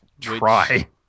Try